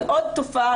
זו עוד תופעה.